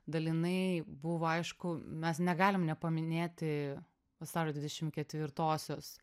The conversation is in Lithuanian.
dalinai buvo aišku mes negalim nepaminėti vasario dvidešim ketvirtosios